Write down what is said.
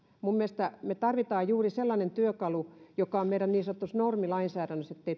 minun mielestäni me tarvitsemme juuri sellaisen työkalun joka on meidän niin sanotussa normilainsäädännössä